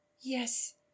yes